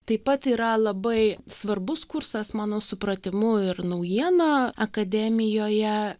taip pat yra labai svarbus kursas mano supratimu ir naujiena akademijoje